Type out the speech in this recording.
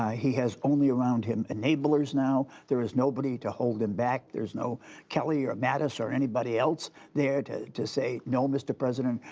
he has only around him enablers now. there is nobody to hold him back. there's no kelly or mattis or anybody else there to to say, no, mr. president,